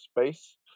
space